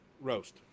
roast